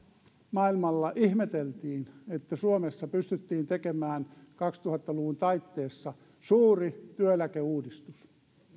maailmalla ihmeteltiin että suomessa pystyttiin tekemään kaksituhatta luvun taitteessa suuri työeläkeuudistus